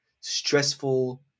stressful